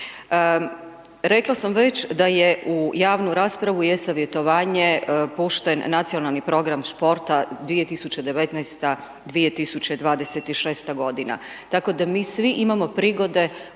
Rekla sam već da je u javnu raspravu i e-savjetovanje pušten nacionalni program športa 2019.-2026. g. Tako da mi svi imamo prigode